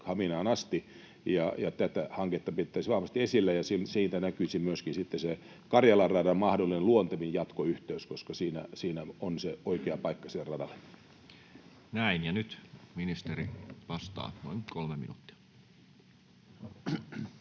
Haminaan asti, ja tätä hanketta pidettäisiin vahvasti esillä. Siitä näkyisi myöskin sitten se Karjalan radan mahdollinen luontevin jatkoyhteys, koska siinä on oikea paikka sille